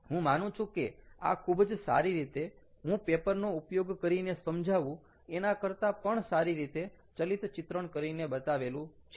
હું માનું છું કે આ ખૂબ જ સારી રીતે હું પેપરનો ઉપયોગ કરીને સમજાવું એના કરતાં પણ સારી રીતે ચલિત ચિત્રણ કરીને સમજાવેલું છે